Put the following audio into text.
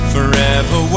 Forever